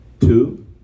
Two